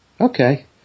Okay